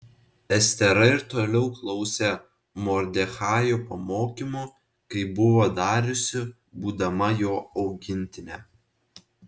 estera ir toliau klausė mordechajo pamokymų kaip buvo dariusi būdama jo augintinė